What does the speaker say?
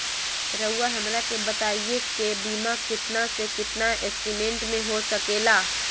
रहुआ हमरा के बताइए के बीमा कितना से कितना एस्टीमेट में हो सके ला?